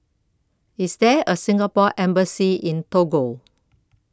IS There A Singapore Embassy in Togo